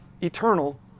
eternal